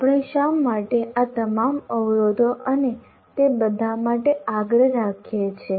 આપણે શા માટે આ તમામ અવરોધો અને તે બધા માટે આગ્રહ રાખીએ છીએ